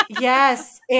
Yes